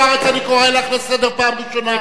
חברת הכנסת זוארץ, אני קורא לך לסדר פעם ראשונה.